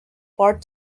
part